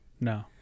No